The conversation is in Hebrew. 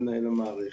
מנהל המערכת.